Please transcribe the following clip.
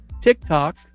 TikTok